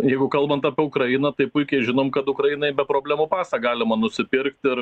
jeigu kalbant apie ukrainą tai puikiai žinom kad ukrainoj be problemų pasą galima nusipirkti ir